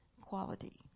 quality